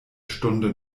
stunde